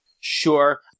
Sure